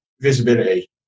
visibility